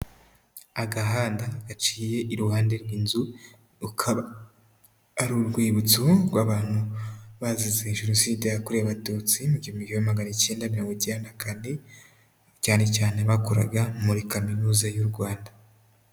Agahanda gaciye iruhande rw'inzu ukaba ari urwibutso rw'abantu bazize Jenoside yakorewe abatutsi mugihumbi kimwe magana cyenda mirongo icyenda cyane cyane na kane, abakoraga muri kaminuza y'u Rwanda